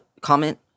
comment